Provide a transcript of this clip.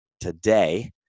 today